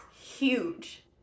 huge